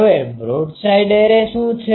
હવે broadside array શું છે